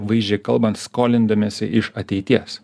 vaizdžiai kalbant skolindamiesi iš ateities